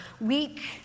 weak